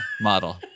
model